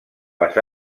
les